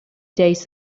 days